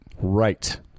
Right